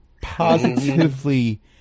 positively